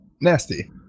Nasty